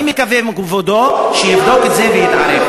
אני מקווה שכבודו יבדוק את זה ויתערב.